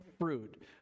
fruit